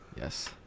Yes